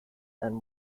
and